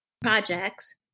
projects